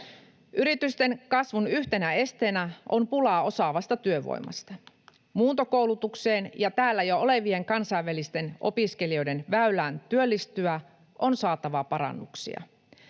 Yritysten kasvun yhtenä esteenä on pula osaavasta työvoimasta. Muuntokoulutukseen ja täällä jo olevien kansainvälisten opiskelijoiden väylään työllistyä on saatava parannuksia.